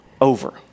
over